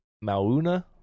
Mauna